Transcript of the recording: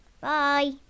Bye